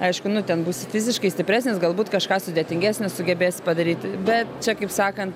aišku nu ten būsi fiziškai stipresnis galbūt kažką sudėtingesnio sugebėsi padaryt be čia kaip sakant